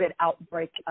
outbreak